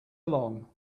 along